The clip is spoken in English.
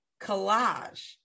collage